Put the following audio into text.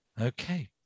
Okay